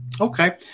Okay